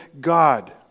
God